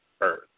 earth